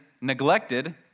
neglected